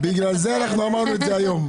--- בגלל זה אנחנו אמרנו את זה היום.